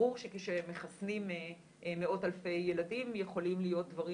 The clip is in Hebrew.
ברור שכשמחסנים מאות אלפי ילדים יכולים להיות דברים